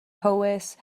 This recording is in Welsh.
mhowys